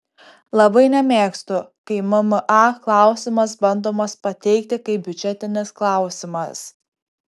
labai nemėgstu kai mma klausimas bandomas pateikti kaip biudžetinis klausimas